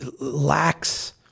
lacks